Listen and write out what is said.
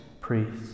priests